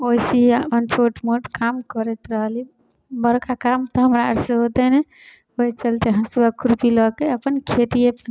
वइसे ही अपन छोट मोट काम करैत रहली बड़का काम तऽ हमरा आर से होते नहि ओहि चलिते हँसुआ खुरपी लऽके अपन खेतिए